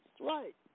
right